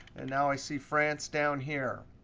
and now i see france down here.